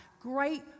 Great